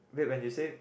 wait when you say